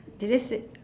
did they say